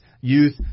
youth